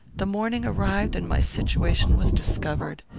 the morning arrived, and my situation was discovered.